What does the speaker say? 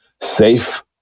Safe